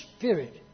Spirit